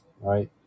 right